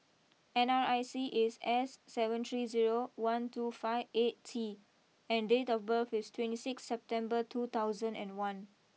N R I C is S seven three zero one two five eight T and date of birth is twenty six September two thousand and one